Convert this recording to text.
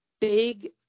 big